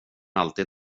alltid